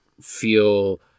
feel